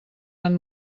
han